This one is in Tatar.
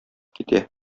китә